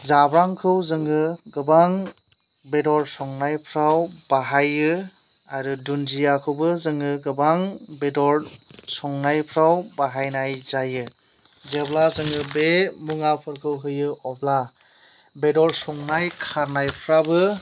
जाब्रांखौ जोङो गोबां बेदर संनायफ्राव बाहायो आरो दुनदियाखौबो जोङो गोबां बेदर संनायफ्राव बाहायनाय जायो जेब्ला जोङो बे मुवाफोरखौ होयो आब्ला बेदर संनाय खारनायफ्राबो